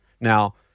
Now